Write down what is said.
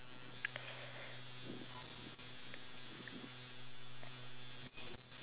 no I couldn't finish my chicken so I threw it to the birds